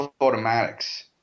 automatics